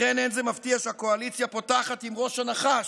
לכן זה לא מפתיע שהקואליציה פותחת עם ראש הנחש